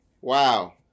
Wow